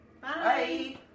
bye